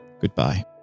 goodbye